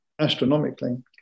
astronomically